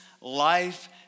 life